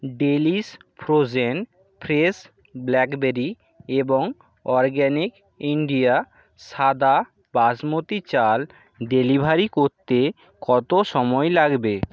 delish frozen fresh blackberry এবং Organic India সাদা বাসমতী চাল ডেলিভারি করতে কত সময় লাগবে